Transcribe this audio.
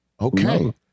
okay